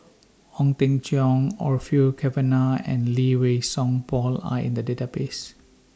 Ong Teng Cheong Orfeur Cavenagh and Lee Wei Song Paul Are in The Database